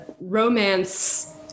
romance